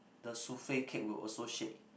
the souffle cake will also shake